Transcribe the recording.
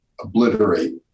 obliterate